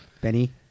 Benny